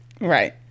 Right